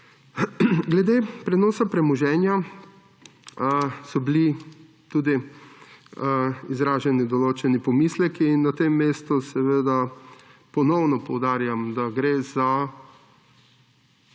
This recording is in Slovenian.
Glede prenosa premoženja so bili tudi izraženi določeni pomisleki in na tem mestu ponovno poudarjam, da gre za tisto